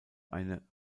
eine